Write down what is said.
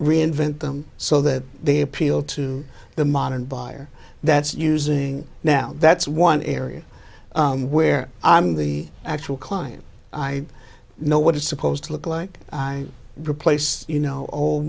reinvent them so that they appeal to the modern buyer that's using now that's one area where i'm the actual client i know what it's supposed to look like i replace you know